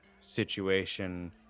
situation